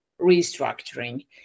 restructuring